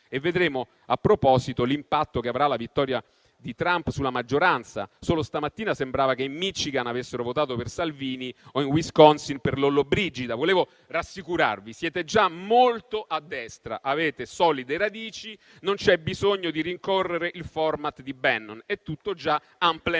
Vedremo, a proposito, l'impatto che avrà la vittoria di Trump sulla maggioranza. Solo questa mattina sembrava che in Michigan avessero votato per Salvini o in Wisconsin per Lollobrigida. Volevo rassicurarvi: siete già molto a destra, avete solide radici, non c'è bisogno di rincorrere il *format* di Bannon, poiché è tutto già *en plein air*.